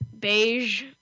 beige